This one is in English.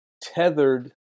tethered